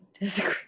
disagree